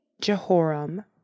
Jehoram